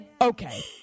Okay